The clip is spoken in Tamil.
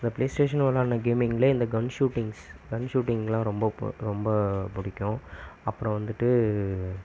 நான் பிளே ஸ்டேஷனில் விளையாடின கேமிங்கில் இந்த கன் ஷூட்டிங்ஸ் கன் ஷூட்டிங்குலாம் ரொம்ப ரொம்ப பிடிக்கும் அப்பறம் வந்துகிட்டு